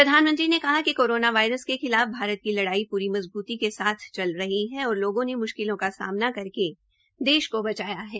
प्रधानमंत्री ने कहा कि कोरोना वायरस के खिलाफ भारत की लड़ाई पूरी मज़बूती के साथ चल रही है और लोगों ने म्शकिलों का सामना करके देश को बचाया है